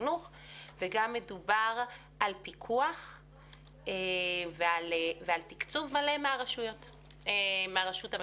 החינוך ומדובר גם על פיקוח ועל תקצוב מלא מהרשות המקומית.